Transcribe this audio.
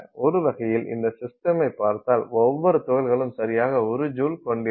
ஒரு வகையில் இந்த சிஸ்டமைப் பார்த்தால் ஒவ்வொரு துகள்களும் சரியாக 1 ஜூல் கொண்டிருக்கும்